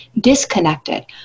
disconnected